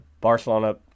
barcelona